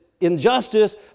injustice